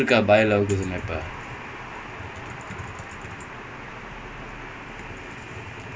drb நல்லா இருப்பான்ல:nallaa iruppaanla klion be lee